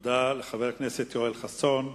תודה לחבר הכנסת יואל חסון.